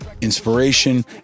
inspiration